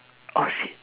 oh shit